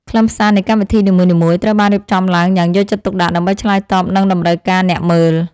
ខ្លឹមសារនៃកម្មវិធីនីមួយៗត្រូវបានរៀបចំឡើងយ៉ាងយកចិត្តទុកដាក់ ដើម្បីឆ្លើយតបនឹងតម្រូវការអ្នកមើល។